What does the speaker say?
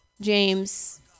james